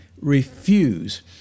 refuse